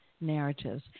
narratives